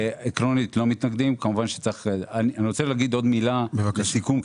אני רוצה להגיד עוד מילה לסיכום,